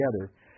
together